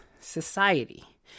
society